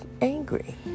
angry